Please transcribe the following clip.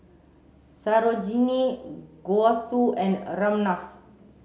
Sarojini Gouthu and Ramnath